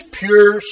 pure